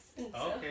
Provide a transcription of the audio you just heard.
Okay